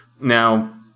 Now